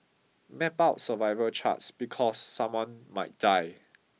map out survival charts because someone might die